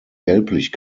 gelblich